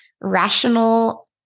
rational